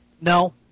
No